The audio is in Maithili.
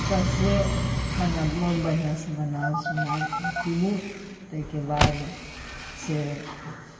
सभसँ बढ़िआँसँ बनाउ सुनाउ खाउ पीबू ताहिके बाद से